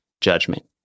judgment